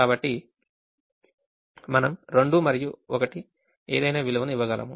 కాబట్టి మనం 2 మరియు 1 ఏదైనా విలువను ఇవ్వగలము